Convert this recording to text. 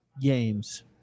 games